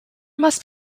must